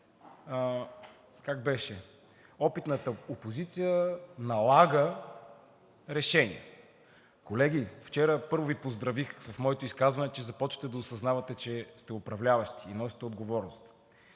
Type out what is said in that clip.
как беше, опитната опозиция налага решения. Колеги, вчера първо Ви поздравих с моето изказване, че започвате да осъзнавате, че сте управляващи и носите отговорност.